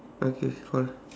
okay call